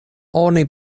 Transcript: oni